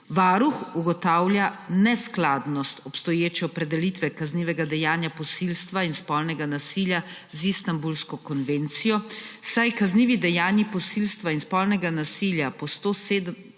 Varuh ugotavlja neskladnost obstoječe opredelitve kaznivega dejanja posilstva in spolnega nasilja z Istanbulsko konvencijo, saj kaznivi dejanji posilstva in spolnega nasilja po 170.